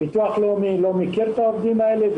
הביטוח הלאומי לא מכיר את העובדים האלה,